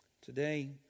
Today